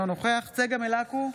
אינו נוכח צגה מלקו,